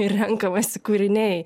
ir renkamasi kūriniai